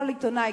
כל עיתונאי,